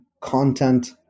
content